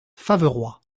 faverois